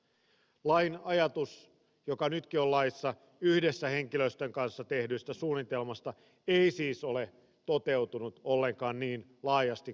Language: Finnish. lain ajatus joka nytkin on laissa yhdessä henkilöstön kanssa tehdystä suunnitelmasta ei siis ole toteutunut ollenkaan niin laajasti kuin on toivottu